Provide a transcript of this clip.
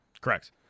Correct